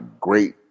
great